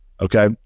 Okay